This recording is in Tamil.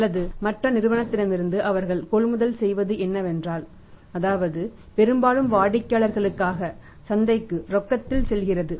அல்லது மற்ற நிறுவனத்திடமிருந்து அவர்கள் கொள்முதல் செய்வது என்னவென்றால் அதாவது பெரும்பாலும் வாடிக்கையாளர்களுக்காக சந்தைக்கு ரொக்கத்திற்கு செல்கிறது